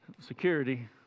security